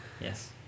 Yes